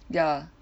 ya